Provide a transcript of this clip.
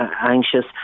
anxious